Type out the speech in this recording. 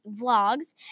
vlogs